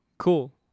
Cool